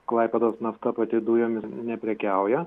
klaipėdos nafta pati dujom ir neprekiauja